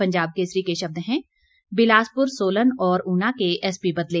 पंजाब केसरी के शब्द हैं बिलासपुर सोलन और ऊना के एसपी बदले